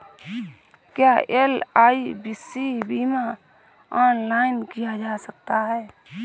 क्या एल.आई.सी बीमा ऑनलाइन किया जा सकता है?